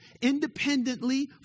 independently